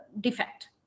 defect